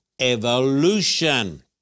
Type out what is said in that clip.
evolution